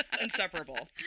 Inseparable